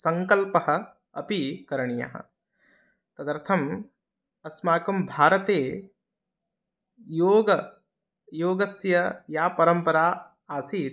सङ्कल्पः अपि करणीयः तदर्थम् अस्माकं भारते योग योगस्य या परम्परा आसीत्